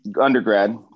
undergrad